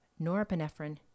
norepinephrine